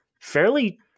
Fairly